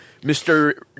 Mr